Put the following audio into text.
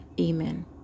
Amen